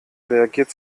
reagiert